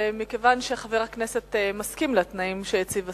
ומכיוון שחבר הכנסת מסכים לתנאים שהציב השר,